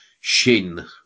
Shin